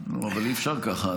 אבל אי-אפשר ככה,